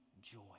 joy